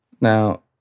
Now